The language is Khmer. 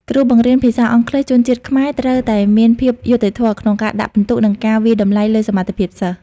គ្រូបង្រៀនភាសាអង់គ្លេសជនជាតិខ្មែរត្រូវតែមានភាពយុត្តិធម៌ក្នុងការដាក់ពិន្ទុ និងការវាយតម្លៃលើសមត្ថភាពសិស្ស។